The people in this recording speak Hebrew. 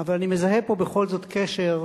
אבל אני מזהה פה, בכל זאת, קשר,